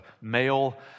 male